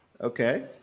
Okay